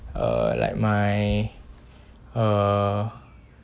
uh like my uh